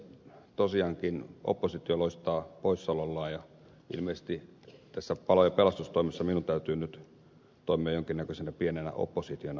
tosiaankin oppositio loistaa poissaolollaan ja ilmeisesti tässä palo ja pelastustoimessa minun täytyy nyt toimia jonkin näköisenä pienenä oppositiona